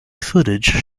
footage